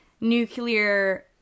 nuclear